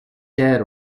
dead